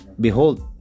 behold